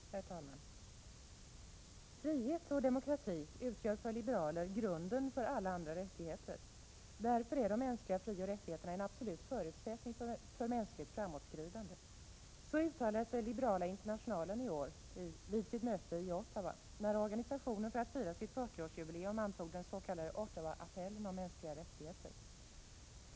Herr talman! Frihet och demokrati utgör för liberaler grunden för alla andra rättigheter. Därför är de mänskliga frioch rättigheterna en absolut förutsättning för mänskligt framåtskridande. Så uttalade sig Liberala internationalen i år vid sitt möte i Ottawa, när organisationen för att fira sitt 40-årsjubileum antog den s.k. Ottawaapellen om mänskliga rättigheter.